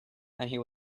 and